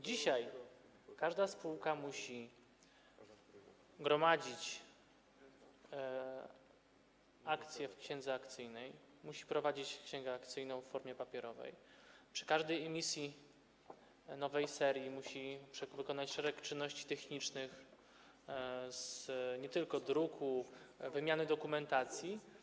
Dzisiaj każda spółka musi gromadzić akcje w księdze akcyjnej, musi prowadzić księgę akcyjną w formie papierowej, przy każdej emisji nowej serii musi wykonać szereg czynności technicznych, nie tylko druku, wymiany dokumentacji.